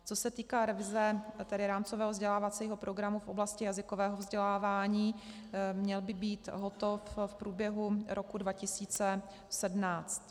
Co se týká revize rámcového vzdělávacího programu v oblasti jazykového vzdělávání, měl by být hotov v průběhu roku 2017.